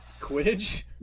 Quidditch